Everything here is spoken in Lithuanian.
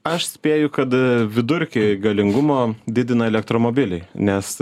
aš spėju kad vidurkį galingumo didina elektromobiliai nes